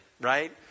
right